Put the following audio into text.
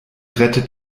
rettet